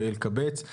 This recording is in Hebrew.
רועי אלקבץ.